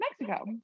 mexico